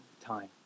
time